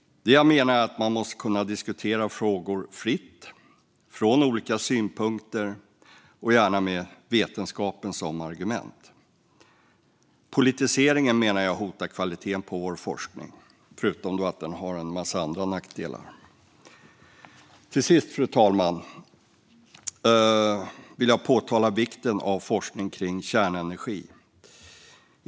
Det jag menar är att man måste kunna diskutera frågor fritt, från olika synvinklar och gärna med vetenskapen som argument. Politiseringen menar jag hotar kvaliteten på vår forskning, förutom att den har en massa andra nackdelar. Till sist, fru talman, vill jag understryka vikten av forskning kring kärnenergi.